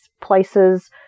places